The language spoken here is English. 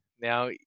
Now